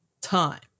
time